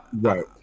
Right